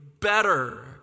better